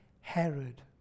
Herod